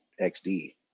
XD